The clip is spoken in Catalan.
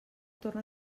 torna